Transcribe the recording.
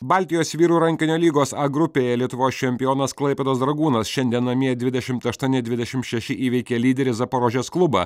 baltijos vyrų rankinio lygos a grupėje lietuvos čempionas klaipėdos dragūnas šiandien namie dvidešimt aštuoni dvidešimt šeši įveikė lyderį zaporožės klubą